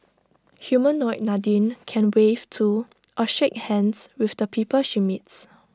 Humanoid Nadine can wave to or shake hands with the people she meets